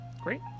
Great